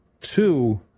two